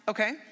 Okay